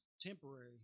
temporary